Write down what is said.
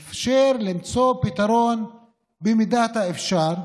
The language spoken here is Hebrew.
יש לאפשר למצוא פתרון במידת האפשר.